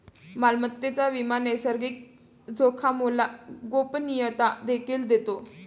मालमत्तेचा विमा नैसर्गिक जोखामोला गोपनीयता देखील देतो